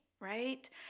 Right